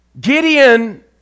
Gideon